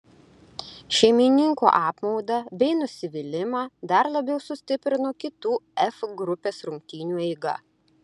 šeimininkų apmaudą bei nusivylimą dar labiau sustiprino kitų f grupės rungtynių eiga